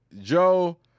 Joe